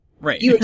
right